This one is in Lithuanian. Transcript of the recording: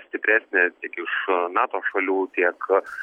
stipresnė tiek iš nato šalių tiek